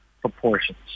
proportions